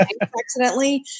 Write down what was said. accidentally